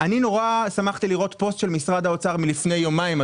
אני שמחתי לראות פוסט של משרד האוצר מלפני יומיים,